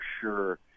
sure